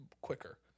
quicker